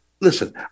listen